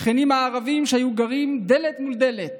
השכנים הערבים שהיו גרים דלת מול דלת